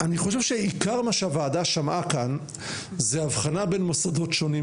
אני חושב שעיקר מה שהוועדה שמעה כאן זה הבחנה בין מוסדות שונים,